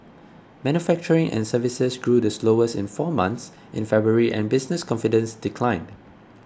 manufacturing and services grew the slowest in four months in February and business confidence declined